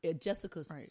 Jessica's